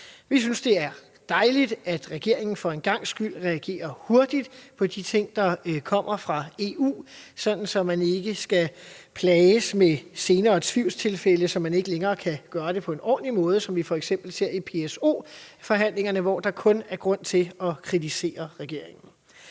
Vi synes, det er dejligt, at regeringen for en gangs skyld reagerer hurtigt på de ting, der kommer fra EU, så man ikke skal plages med senere tvivlstilfælde, så man ikke længere kan gøre det på en ordentlig måde, som det f.eks. ses i PSO-forhandlingerne, hvor der kun er grund til at kritisere regeringen.